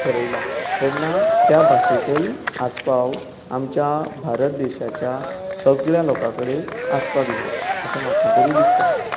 थारयलां तेन्ना त्या भाशेचोय आस्पाव आमच्या भारत देशाच्या सगळ्या लोकां कडेन आसपाक जाय अशें म्हाका तरी दिसता